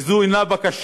וזו אינה בקשה,